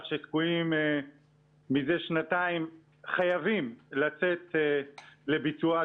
שתקועים מזה שנתיים חייבים לצאת לביצוע.